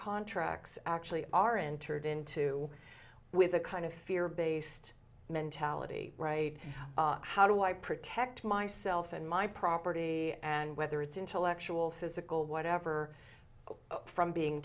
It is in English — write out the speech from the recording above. contracts actually are entered into with a kind of fear based mentality right how do i protect myself and my property and whether it's intellectual physical whatever from being